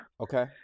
Okay